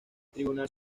tribunal